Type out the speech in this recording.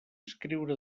escriure